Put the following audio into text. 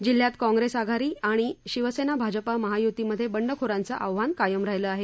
जिल्ह्यात काँग्रेस आघाडी आणि शिवसेना भाजप महायुतीमध्ये बंडखोरांचे आव्हान कायम राहिलं आहे